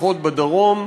לפחות בדרום,